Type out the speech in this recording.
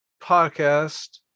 podcast